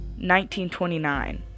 1929